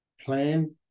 Plan